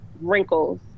wrinkles